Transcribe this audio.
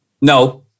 No